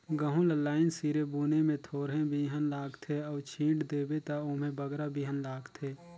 गहूँ ल लाईन सिरे बुने में थोरहें बीहन लागथे अउ छींट देबे ता ओम्हें बगरा बीहन लागथे